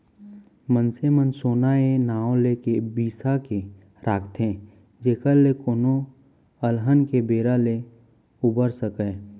मनसे मन सोना ए नांव लेके बिसा के राखथे जेखर ले कोनो अलहन के बेरा ले उबर सकय